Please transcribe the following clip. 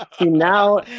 Now